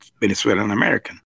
Venezuelan-American